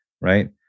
Right